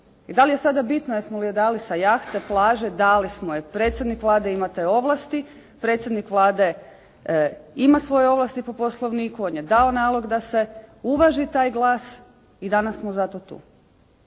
da li je sada bitno jesmo li je dali sa jahte, plaže? Dali smo je. Predsjednik Vlade ima te ovlasti, predsjednik Vlade ima svoje ovlasti po Poslovniku, on dao nalog da se uvaži taj glas i danas smo zato tu.